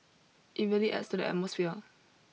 it really adds to the atmosphere